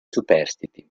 superstiti